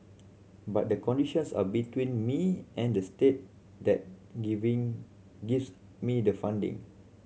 but the conditions are between me and the state that giving gives me the funding